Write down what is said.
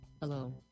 Hello